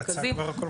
יצא כבר הקול קורא?